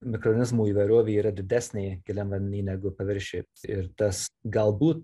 mikronizmų įvairovė yra didesnė giliam vany negu paviršiuj ir tas galbūt